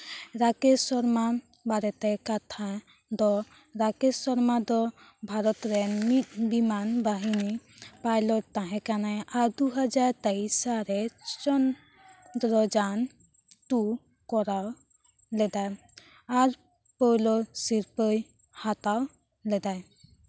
ᱨᱟᱠᱮᱥ ᱥᱚᱨᱢᱟ ᱵᱟᱨᱮᱛᱮ ᱠᱟᱛᱷᱟ ᱫᱚ ᱨᱟᱠᱮᱥ ᱥᱚᱨᱢᱟ ᱫᱚ ᱵᱷᱟᱨᱚᱛ ᱨᱮᱱ ᱢᱤᱫ ᱵᱤᱢᱟᱱ ᱵᱟᱹᱦᱤᱱᱤ ᱯᱟᱭᱞᱚᱴ ᱛᱟᱦᱮᱸ ᱠᱟᱱᱟᱭ ᱟᱨ ᱫᱩ ᱦᱟᱡᱟᱨ ᱛᱮᱭᱤᱥ ᱥᱟᱞᱨᱮ ᱪᱚᱱᱫᱨᱚᱡᱟᱱ ᱴᱩ ᱠᱚᱨᱟᱣ ᱞᱮᱫᱟᱭ ᱟᱨ ᱯᱳᱭᱞᱳ ᱥᱤᱨᱯᱟᱹᱭ ᱦᱟᱛᱟᱣ ᱞᱮᱫᱟᱭ